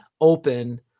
open